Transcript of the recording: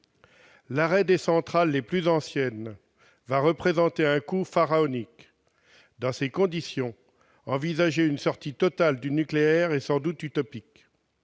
L'arrêt des centrales les plus anciennes va représenter un coût pharaonique. Dans ces conditions, envisager une sortie totale du nucléaire est sans doute utopique.